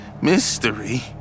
mystery